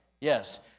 Yes